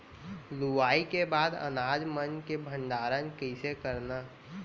लुवाई के बाद अनाज मन के भंडारण कईसे करन?